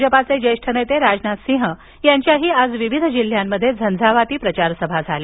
भाजपाचे ज्येष्ठ नेते राजनाथ सिंग यांच्या आज विविध जिल्ह्यांमध्ये झंझावाती प्रचार सभा झाल्या